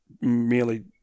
merely